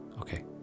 okay